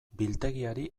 biltegiari